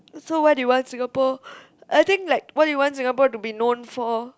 so what do you want Singapore I think like what do you want Singapore to be known for